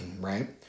right